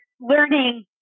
learning